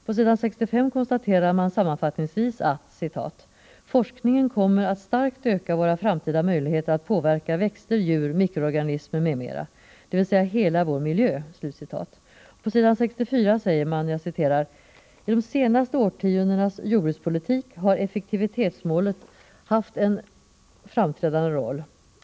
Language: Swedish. På s. 65 konstaterar man sammanfattningsvis att ”forskningen kommer att starkt öka våra framtida möjligheter att påverka växter, djur, mikroorganismer m.m. dvs. hela vår miljö”. På s. 64 säger man: ”I de senaste årtiondenas jordbrukspolitik har effektivitetsmålet haft en framträdande roll.